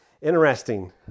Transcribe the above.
Interesting